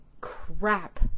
crap